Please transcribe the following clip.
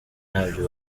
ntabyo